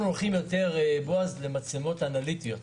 אנחנו הולכים יותר למצלמות אנליטיות,